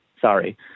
sorry